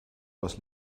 aus